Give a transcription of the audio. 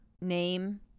name